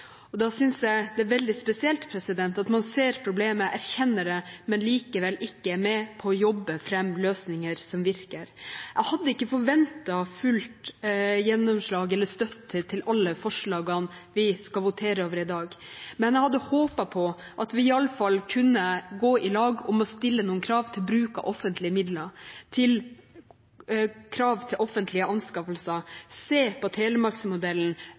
Da synes jeg det er veldig spesielt at man ser problemet og erkjenner det, men likevel ikke er med på å jobbe fram løsninger som virker. Jeg hadde ikke forventet fullt gjennomslag for eller støtte til alle forslagene vi skal votere over i dag, men jeg hadde håpet på at vi iallfall kunne gå i lag om å stille noen krav til bruk av offentlige midler og krav til offentlige anskaffelser, se på